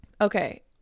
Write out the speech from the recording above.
okay